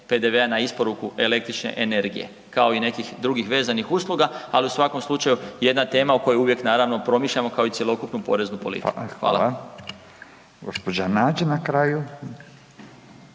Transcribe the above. na isporuku električne energije, kao i nekih drugih vezanih usluga, ali u svakom slučaju, jedna tema o kojoj uvijek, naravno promišljamo, kao i cjelokupnu poreznu politiku. Hvala. **Radin, Furio